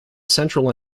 central